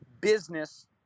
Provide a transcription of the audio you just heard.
business